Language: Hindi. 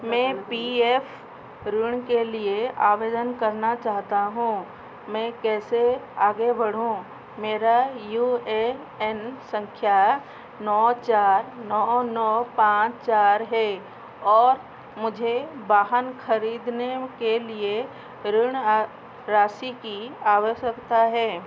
मैं पी एफ ऋण के लिए आवेदन करना चाहता हूँ मैं कैसे आगे बढ़ूँ मेरा यू ए एन संख्या नौ चार नौ नौ पाँच चार है और मुझे वाहन ख़रीदने के लिए ऋण राशि की आवश्यकता है